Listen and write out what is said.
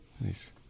Nice